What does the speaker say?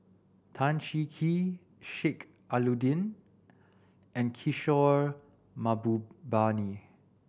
Tan Cheng Kee Sheik Alau'ddin and Kishore Mahbubani